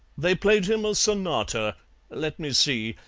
they played him a sonata let me see!